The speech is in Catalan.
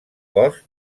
cos